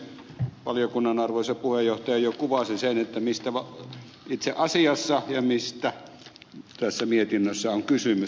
valiokunnan arvoisa puheenjohtaja jo kuvasi sen mistä itse asiassa ja mistä tässä mietinnössä on kysymys